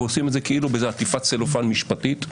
ועושים את זה באיזה עטיפת צלופן משפטית כאילו,